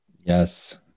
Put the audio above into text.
Yes